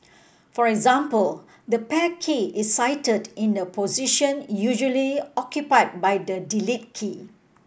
for example the Pair key is sited in the position usually occupied by the Delete key